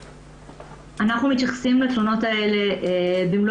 אנחנו מתייחסים לתלונות האלה במלוא